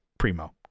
Primo